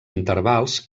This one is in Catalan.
intervals